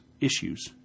issues